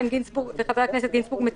וחבר הכנסת גינזבורג מציעים,